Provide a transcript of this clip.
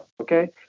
okay